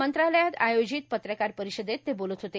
मंत्रालयात आयोजित त्रकार रिषदेत बोलत होते